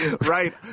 right